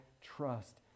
trust